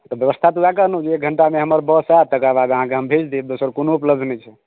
व्यवस्था तऽ वएह कहलहुँ एक घण्टामे हमर बस आयत तकरा बाद हम अहाँके भेज देब दोसर कोनो उपलब्ध नहि छै